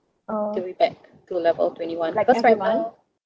to be back to level twenty one cause right now